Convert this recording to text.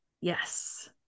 Yes